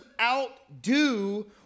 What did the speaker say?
outdo